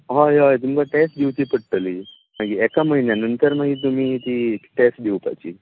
हय हय तुमकां टॅस्ट दिवची पडटली मागीर एका म्हयन्या नंतर मागी तुमी ती टॅस्ट दिवपाची